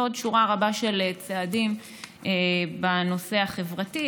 ועוד שורה רבה של צעדים בנושא החברתי.